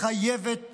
מחייבת